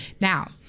Now